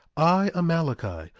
i, amaleki,